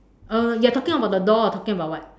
you are talking about the door or talking about what